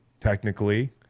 technically